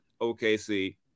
OKC